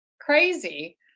crazy